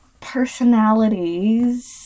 personalities